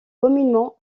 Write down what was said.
communément